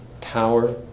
tower